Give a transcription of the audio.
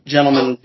Gentlemen